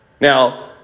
now